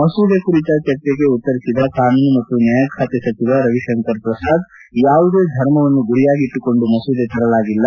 ಮಸೂದೆ ಕುರಿತ ಚರ್ಚೆಗೆ ಉತ್ತರಿಸಿದ ಕಾನೂನು ಮತ್ತು ನ್ಯಾಯ ಖಾತೆ ಸಚಿವ ರವಿಶಂಕರ್ ಪ್ರಸಾದ್ ಯಾವುದೇ ಧರ್ಮವನ್ನು ಗುರಿಯಾಗಿಟ್ಟುಕೊಂಡು ಮಸೂದೆ ತರಲಾಗಿಲ್ಲ